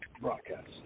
broadcast